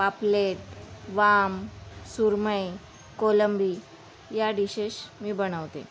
पापलेट वाम सुरमई कोलंबी या डिशेश मी बनवते